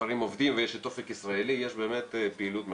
דברים עובדים ויש את 'אופק ישראלי' יש באמת פעילות משמעותית.